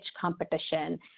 competition